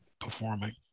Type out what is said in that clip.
Performing